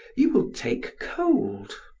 you will take cold.